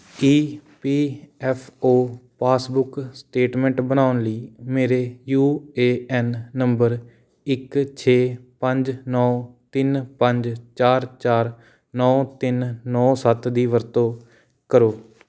ਕੀ P F O passbook statement ਬਣਾਉਣ ਲਈ ਮੇਰੇ ਯੂ ਏ ਐੱਨ ਨੰਬਰ ਇੱਕ ਛੇ ਪੰਜ ਨੌਂ ਤਿੰਨ ਪੰਜ ਚਾਰ ਚਾਰ ਨੌਂ ਤਿੰਨ ਨੌਂ ਸੱਤ ਦੀ ਵਰਤੋਂ ਕਰੋ